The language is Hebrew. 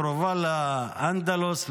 קרובה לאנדלוס,